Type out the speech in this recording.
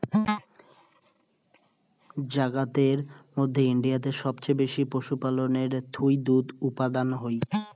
জাগাতের মধ্যে ইন্ডিয়াতে সবচেয়ে বেশি পশুপালনের থুই দুধ উপাদান হই